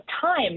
time